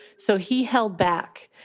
so he held back.